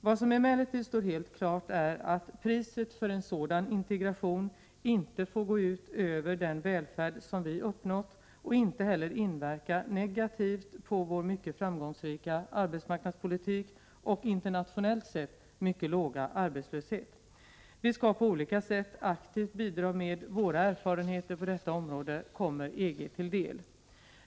Vad som emellertid står helt klart är att priset för en sådan integration inte får gå ut över den välfärd som vi uppnått och inte heller inverka negativt på vår mycket framgångsrika arbetsmarknadspolitik och internationellt sett mycket låga arbetslöshet. Vi skall på olika sätt aktivt bidra med att våra erfarenheter på detta område kommer EG till del.